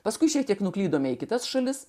paskui šiek tiek nuklydome į kitas šalis